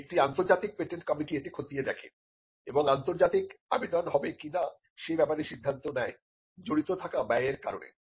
একটি আন্তর্জাতিক patent committee এটি খতিয়ে দেখে এবং আন্তর্জাতিক আবেদন হবে কিনা সে ব্যাপারে সিদ্ধান্ত নেয়জড়িত থাকা ব্যয় এর কারণ